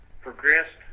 progressed